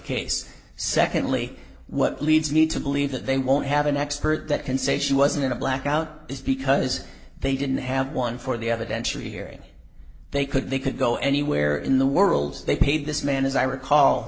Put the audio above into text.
case secondly what leads me to believe that they won't have an expert that can say she wasn't in a blackout is because they didn't have one for the of adventure hearing they could they could go anywhere in the world they paid this man as i recall